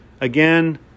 Again